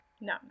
No